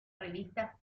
revista